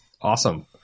Awesome